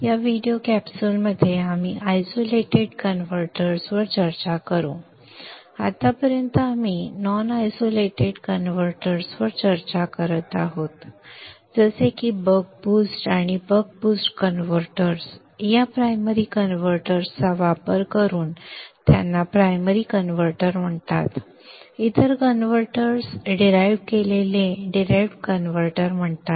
या व्हिडीओ कॅप्सूलमध्ये आपण आयसोलेटेड कन्व्हर्टर्स वर चर्चा करू आत्तापर्यंत आपण नॉन आयसोलेटेड कन्व्हर्टर्स वर चर्चा करत आहोत जसे की बक बूस्ट आणि बक बूस्ट कन्व्हर्टर्स या प्रायमरी कन्व्हर्टर्सचा वापर करून त्यांना प्रायमरी कन्व्हर्टर म्हणतात इतर कन्व्हर्टर्स डिराईव्हड केलेले डिराईव्हड कन्व्हर्टर म्हणतात